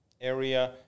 area